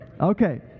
Okay